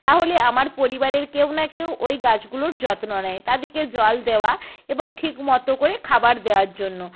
তাহলে আমার পরিবারের কেউ না কেউ ওই গাছগুলোর যত্ন নেয় তাদেরকে জল দেওয়া এবং ঠিক মতো করে খাবার দেওয়ার জন্য